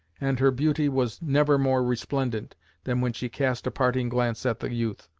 and her beauty was never more resplendant than when she cast a parting glance at the youth.